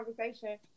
conversation